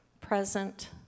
present